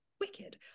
wicked